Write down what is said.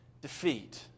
defeat